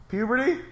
Puberty